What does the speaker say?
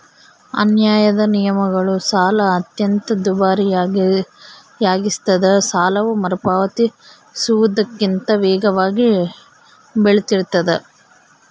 ಅನ್ಯಾಯದ ನಿಯಮಗಳು ಸಾಲ ಅತ್ಯಂತ ದುಬಾರಿಯಾಗಿಸ್ತದ ಸಾಲವು ಮರುಪಾವತಿಸುವುದಕ್ಕಿಂತ ವೇಗವಾಗಿ ಬೆಳಿತಿರ್ತಾದ